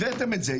הבאתם את זה,